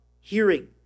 hearing